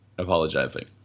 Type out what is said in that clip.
apologizing